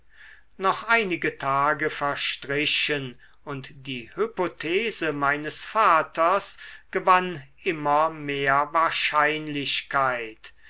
noch einige tage verstrichen und die hypothese meines vaters gewann immer mehr wahrscheinlichkeit